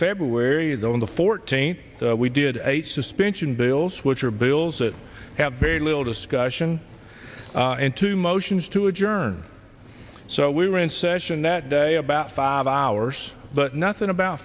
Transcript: february that on the fourteenth we did eight suspension bills which are bills that have very little discussion and two motions to adjourn so we were in session that day about five hours but nothing about